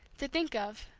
to think of,